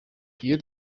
iyo